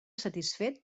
satisfet